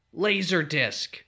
Laserdisc